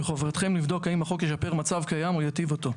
מחובתכם לבדוק האם החוק ישפר מצב קיים או יטיב אותו.